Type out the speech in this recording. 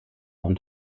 und